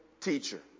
teacher